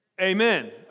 Amen